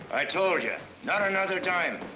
i told you not another dime.